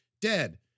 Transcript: dead